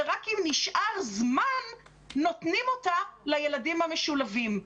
ורק אם נשאר זמן נותנים אותה לילדים המשולבים.